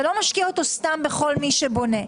אתה לא משקיע אותו סתם בכל מי שבונה.